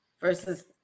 Versus